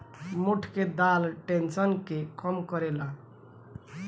मोठ के दाल टेंशन के कम करेला